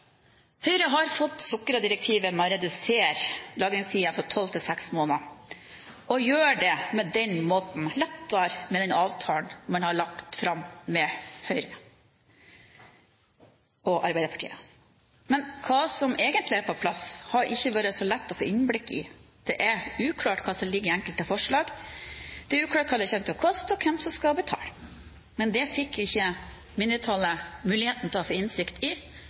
Høyre har fått sukret direktivet med å redusere lagringstiden fra tolv til seks måneder og gjør det på den måten lettere med den avtalen man har lagt fram mellom Høyre og Arbeiderpartiet. Men hva som egentlig er på plass, har ikke vært så lett å få innblikk i. Det er uklart hva som ligger i enkelte forslag, det er uklart hva det kommer til å koste, og hvem som skal betale. Men det fikk ikke mindretallet muligheten til å få innsikt i